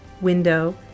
window